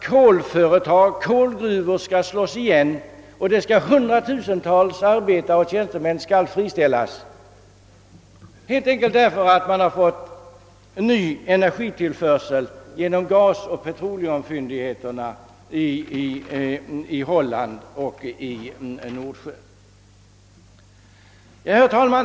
Kolgruvor skall slås igen och hundratusentals arbetare och tjänstemän skall friställas helt enkelt därför att man har fått en ny energitillförsel genom gasoch petroleumfyndigheterna i Holland och Nordsjön.